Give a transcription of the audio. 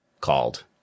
called –